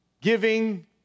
giving